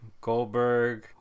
goldberg